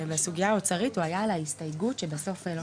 בסוגייה האוצרית הוא היה על ההסתייגות שבסוף לא נכנסה.